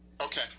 okay